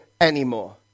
anymore